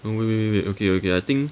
mm wait wait wait okay okay I think